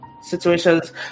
situations